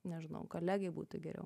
nežinau kolegai būtų geriau